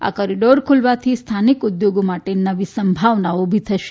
આ કોરીડોર ખુલવાથી સ્થાનિક ઉદ્યોગો માટે નવી સંભાવનાઓ ઉલી થશે